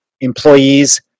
employees